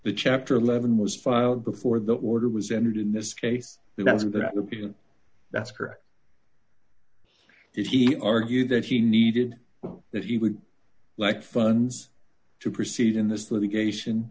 the chapter eleven was filed before the order was entered in this case so that's that's correct he argued that he needed that he would like funds to proceed in this litigation